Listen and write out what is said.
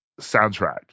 soundtrack